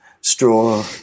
straw